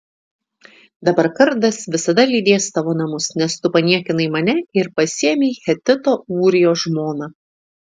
dabar kardas visada lydės tavo namus nes tu paniekinai mane ir pasiėmei hetito ūrijos žmoną